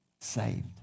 saved